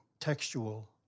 textual